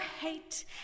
hate